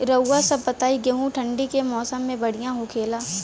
रउआ सभ बताई गेहूँ ठंडी के मौसम में बढ़ियां होखेला?